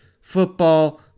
football